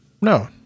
No